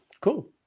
Cool